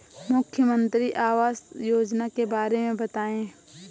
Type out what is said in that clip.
मुख्यमंत्री आवास योजना के बारे में बताए?